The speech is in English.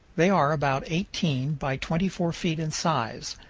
they are about eighteen by twenty four feet in size.